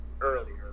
earlier